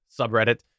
subreddit